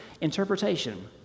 interpretation